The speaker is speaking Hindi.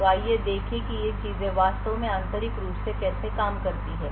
तो आइए देखें कि ये चीजें वास्तव में आंतरिक रूप से कैसे काम करती हैं